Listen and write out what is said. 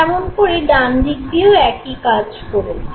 তেমন করেই ডান দিকেও একই কাজ করেছি